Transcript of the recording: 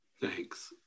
Thanks